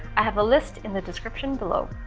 i have a list in the description below.